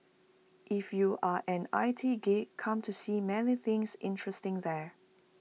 if you are an I T geek come to see many things interesting there